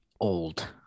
old